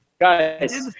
guys